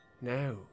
now